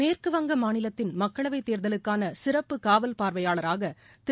மேற்குவங்கமாநிலத்தின் மக்களவைதேர்தலுக்கானசிறப்பு காவல் பார்வையாளராகதிரு